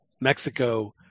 Mexico